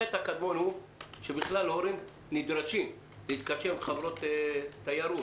החטא הקדמון הוא שהורים בכלל נדרשים להתקשר עם חברות תיירות.